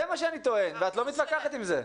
זה מה שאני טוען, ואת לא מתווכחת עם זה.